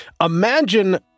Imagine